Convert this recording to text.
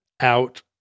out